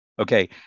okay